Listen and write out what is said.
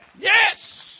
Yes